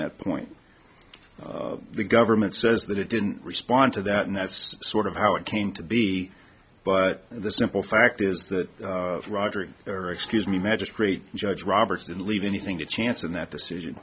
that point the government says that it didn't respond to that and that's sort of how it came to be but the simple fact is that roger or excuse me magistrate judge roberts didn't leave anything to chance and that decision